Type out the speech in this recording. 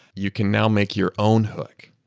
you can now make your own hook.